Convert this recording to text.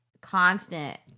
constant